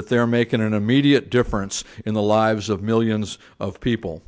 that they're making an immediate difference in the lives of millions of people